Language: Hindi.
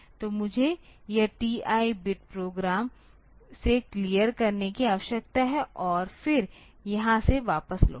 तो मुझे यह TI बिट प्रोग्राम से क्लियर करने की आवश्यकता है और फिर यहां से वापस लौटें